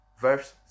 verse